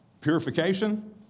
Purification